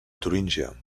turíngia